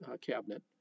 cabinet